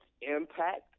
impact